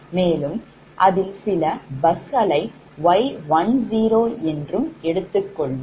மேலும் அதில் சில bus களைY10 என்று எடுத்துக்கொள்வோம்